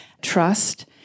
trust